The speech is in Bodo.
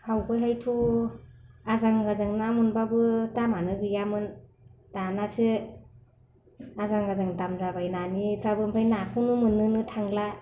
आवगायहायथ' आजां गाजां ना मोनबाबो दामानो गैयामोन दानासो आजां गाजां दाम जाबाय नानिफ्राबो ओमफ्राय नाखौनौ मोननो थांला